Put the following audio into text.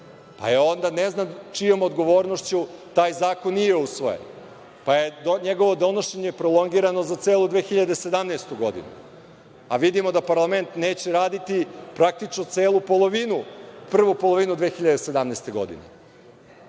Pa, je onda ne znam čijom odgovornošću taj zakon nije usvojen. Pa, je njegovo donošenje prolongirano za celu 2017. godinu. A vidimo da parlament neće raditi praktično celu polovinu, prvu polovinu 2017. godine. Zato